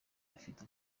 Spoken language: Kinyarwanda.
bafite